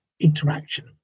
interaction